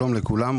שלום לכולם,